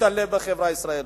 ולהשתלב בחברה הישראלית.